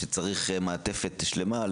שצריך מעטפת שלמה,